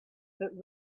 but